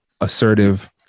assertive